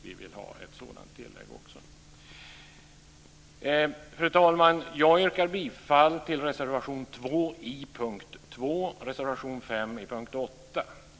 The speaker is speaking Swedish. Vi vill ha ett sådant tillägg också. Fru talman! Jag yrkar bifall till reservation 2 under punkt 2 och reservation 5 under punkt 8.